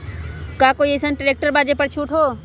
का कोइ अईसन ट्रैक्टर बा जे पर छूट हो?